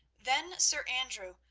then sir andrew,